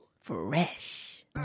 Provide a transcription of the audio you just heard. Fresh